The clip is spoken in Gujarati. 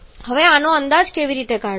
હવે આનો અંદાજ કેવી રીતે કાઢવો